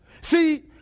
See